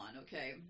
okay